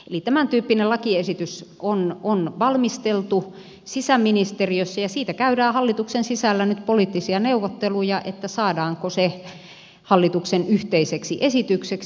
eli tämäntyyppinen lakiesitys on valmisteltu sisäministeriössä ja siitä käydään hallituksen sisällä nyt poliittisia neuvotteluja että saadaanko se hallituksen yhteiseksi esitykseksi